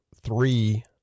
three